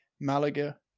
Malaga